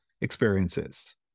experiences